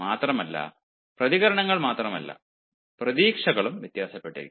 മാത്രമല്ല പ്രതികരണങ്ങൾ മാത്രമല്ല പ്രതീക്ഷകളും വ്യത്യാസപ്പെട്ടിരിക്കും